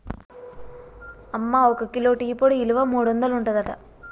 అమ్మ ఒక kilo tea పొడి ఇలువ మూడొందలు ఉంటదట